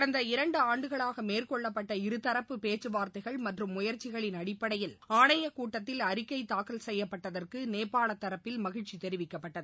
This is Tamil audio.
கடந்த இரண்டு ஆண்டுகளாக மேற்கொள்ளப்பட்ட இருதரப்பு பேச்சுவார்த்தைகள் மற்றும் முயற்சிகளின் அடிப்படையில் ஆணையக் கூட்டத்தில் அறிக்கை தாக்கல் செய்யப்பட்டதற்கு நேபாள தரப்பில் மகிழ்ச்சி தெரிவிக்கப்பட்டது